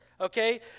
okay